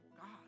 God